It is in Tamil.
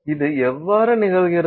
இது எவ்வாறு நிகழ்கிறது